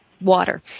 water